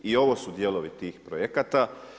I ovo su dijelovi tih projekata.